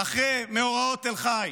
אחרי מאורעות תל חי.